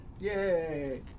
Yay